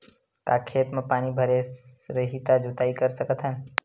का खेत म पानी भरे रही त जोताई कर सकत हन?